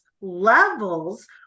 levels